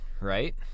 right